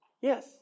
Yes